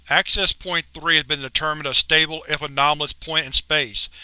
access point three has been determined a stable if anomalous point in space,